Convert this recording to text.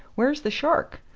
where's the shark?